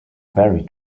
very